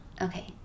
okay